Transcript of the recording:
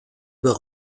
bas